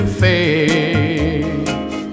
face